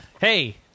Hey